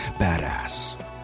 badass